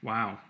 Wow